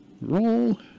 Roll